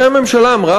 הרי הממשלה אמרה,